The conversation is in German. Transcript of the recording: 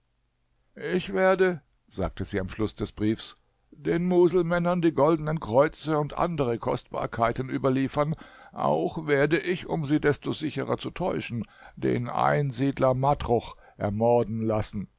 ich werde sagte sie am schluß des briefs den muselmännern die goldenen kreuze und andere kostbarkeiten überliefern auch werde ich um sie desto sicherer zu täuschen den einsiedler matruch ermorden lassen